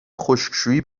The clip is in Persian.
خشکشویی